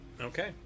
Okay